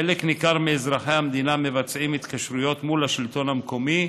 חלק ניכר מאזרחי המדינה מבצעים התקשרויות מול השלטון המקומי,